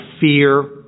fear